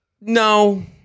No